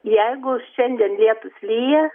jeigu šiandien lietus lyja